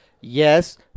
Yes